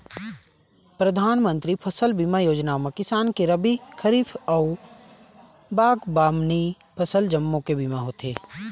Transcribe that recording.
परधानमंतरी फसल बीमा योजना म किसान के रबी, खरीफ अउ बागबामनी फसल जम्मो के बीमा होथे